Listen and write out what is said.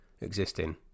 existing